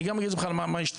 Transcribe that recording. אני אגיד לך מה השתנה.